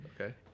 Okay